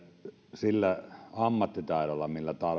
sillä ammattitaidolla millä